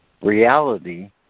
Reality